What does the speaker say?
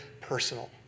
personal